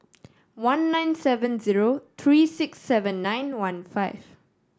one nine seven zero three six seven nine one five